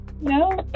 No